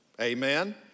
Amen